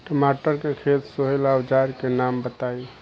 टमाटर के खेत सोहेला औजर के नाम बताई?